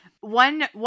One